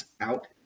out